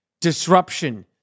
disruption